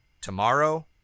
tomorrow